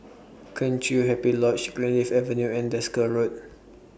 Kheng Chiu Happy Lodge Greenleaf Avenue and Desker Road